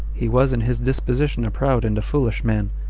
he was in his disposition a proud and a foolish man,